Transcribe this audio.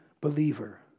believer